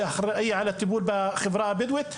שאחראי על הטיפול בחברה הבדואית,